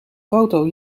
foto